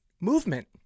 movement